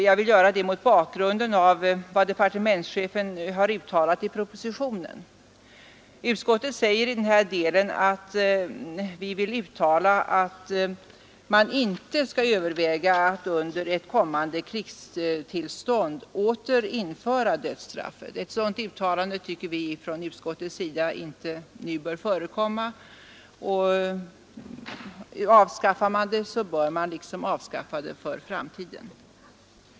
Jag vill göra det mot bakgrund av vad departementschefen uttalat i propositionen. Utskottet säger att några överväganden rörande nödvändigheten av att i ett framtida krigsläge återinföra dödstraffet nu inte bör förekomma. Vi tycker att ett avskaffande nu även bör gälla framtiden.